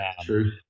true